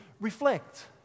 reflect